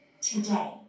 today